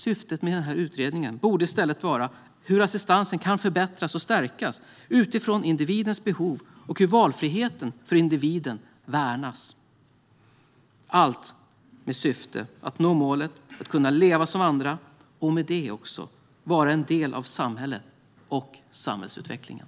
Syftet med utredningen borde i stället vara att undersöka hur assistansen kan förbättras och stärkas utifrån individens behov och hur valfriheten för individen värnas - allt med syfte att nå målet att kunna leva som andra och med det också vara en del av samhället och samhällsutvecklingen.